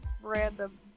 random